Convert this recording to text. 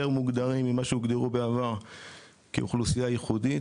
מוגדרים ממה שהוגדרו בעבר כאוכלוסייה ייחודית,